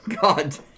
God